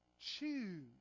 choose